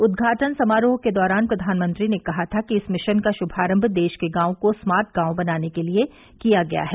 उद्वाटन समारोह के दौरान प्रधानमंत्री ने कहा था कि इस मिशन का शुभारम्भ देश के गांवों को स्मार्टे गांव बनाने के लिए किया गया है